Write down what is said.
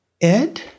Ed